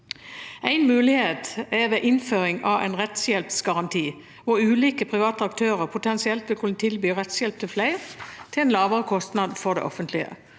En mulighet er innføring av en rettshjelpsgaranti, hvor ulike private aktører potensielt vil kunne tilby rettshjelp til flere, til en lavere kostnad for det offentlige.